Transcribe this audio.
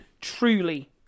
truly